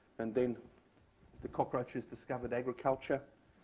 and then the cockroaches discovered agriculture.